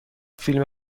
فیلم